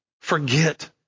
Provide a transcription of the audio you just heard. forget